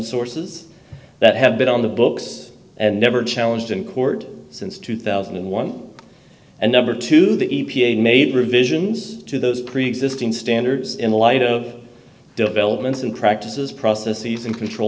sources that have been on the books and never challenged in court since two thousand and one and number two the e p a made revisions to those preexisting standards in light of developments and practices processes and control